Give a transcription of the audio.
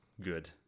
good